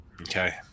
Okay